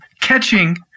catching